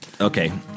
Okay